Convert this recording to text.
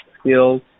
skills